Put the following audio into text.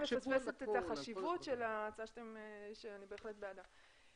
מפספסת את החשיבות של ההצעה שלכם שאני בהחלט בעדה.